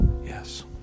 yes